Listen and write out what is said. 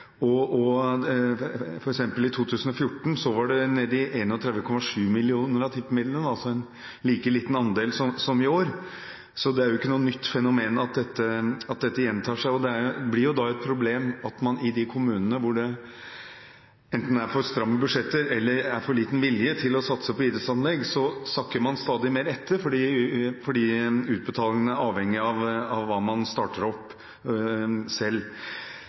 var det i 2014 nede i 31,7 mill. kr av tippemidlene, altså en like liten andel som i år, så det er jo ikke noe nytt fenomen at dette gjentar seg. Det blir da et problem at man i de kommunene hvor det enten er for stramme budsjetter eller er for liten vilje til å satse på idrettsanlegg, sakker stadig mer etter, fordi utbetalingene er avhengig av hva man starter opp selv.